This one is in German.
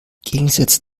gegensätze